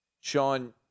Sean